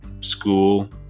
school